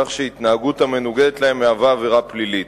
כך שהתנהגות המנוגדת להם מהווה עבירה פלילית.